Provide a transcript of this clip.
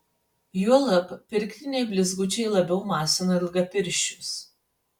juolab pirktiniai blizgučiai labiau masina ilgapirščius